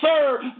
serve